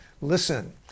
Listen